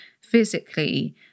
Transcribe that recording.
physically